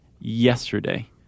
yesterday